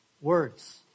words